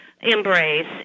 embrace